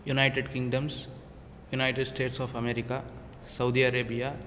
United Kingdoms United States of America Saudi Arabia